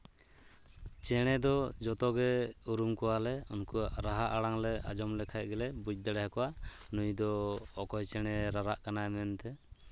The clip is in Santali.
ᱪᱮᱬᱮ ᱫᱚ ᱡᱚᱛᱚᱜᱮ ᱩᱨᱩᱢ ᱠᱚᱣᱟᱞᱮ ᱩᱱᱠᱩᱣᱟᱜ ᱨᱟᱦᱟ ᱟᱲᱟᱝᱞᱮ ᱟᱸᱡᱚᱢ ᱞᱮᱠᱷᱟᱡ ᱜᱮᱞᱮ ᱵᱩᱡᱽ ᱫᱟᱲᱮᱭᱟ ᱠᱚᱣᱟ ᱱᱩᱭᱫᱚ ᱚᱠᱚᱭ ᱪᱮᱬᱮ ᱨᱟᱨᱟᱜ ᱠᱟᱱᱟᱭ ᱢᱮᱱᱛᱮ